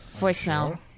Voicemail